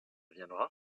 viendra